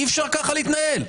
אי אפשר להתנהל ככה.